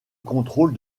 contrôle